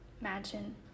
Imagine